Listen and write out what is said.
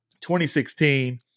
2016